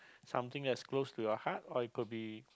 something that's close to your heart or it could be